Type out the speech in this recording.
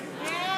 בדבר